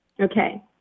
Okay